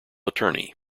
attorney